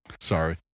sorry